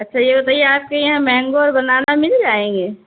اچھا یہ بتائیے آپ کے یہاں مینگو اور بنانا مل جائیں گے